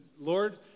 Lord